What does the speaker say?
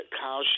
Kyle